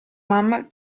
mamma